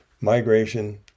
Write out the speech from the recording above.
migration